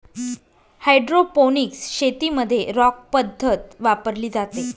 hydroponics शेतीमध्ये rock पद्धत वापरली जाते